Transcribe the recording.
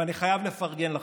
אני חייב לפרגן לכם: